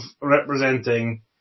representing